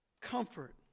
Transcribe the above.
comfort